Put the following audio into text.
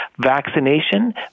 Vaccination